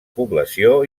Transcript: població